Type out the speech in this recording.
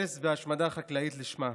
הרס והשמדה חקלאית לשמם,